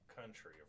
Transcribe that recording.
country